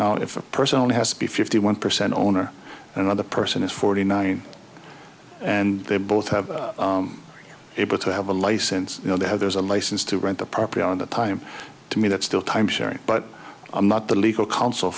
now if a person only has to be fifty one percent owner and another person is forty nine and they both have able to have a license you know they have there's a license to rent the property on the time to me that's still timesharing but i'm not the legal counsel